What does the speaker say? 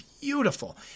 Beautiful